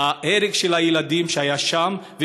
זה ההרג של הילדים שהיה שם,